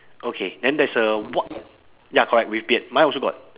okay then there's a wa~ ya correct with beard mine also got